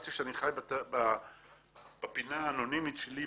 חשבתי שאני חי בפינה האנונימית שלי,